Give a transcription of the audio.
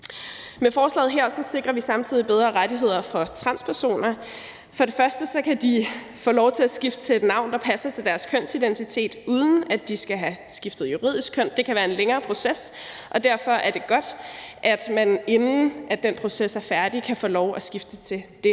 Med forslaget her sikrer vi samtidig bedre rettigheder for transpersoner. For det første kan de få lov til at skifte til et navn, der passer til deres kønsidentitet, uden at de skal have skiftet juridisk køn. Det kan være en længere proces, og derfor er det godt, at man, inden den proces er færdig, kan få lov at skifte til det